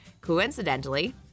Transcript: coincidentally